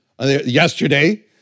yesterday